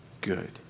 good